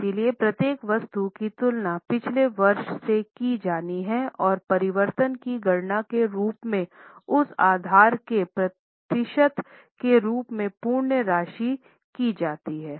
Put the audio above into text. इसलिए प्रत्येक वस्तु की तुलना पिछले वर्ष से की जानी है और परिवर्तन की गणना के रूप में उस आधार के प्रतिशत के रूप में पूर्ण राशि की जाती है